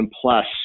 plus